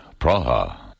Praha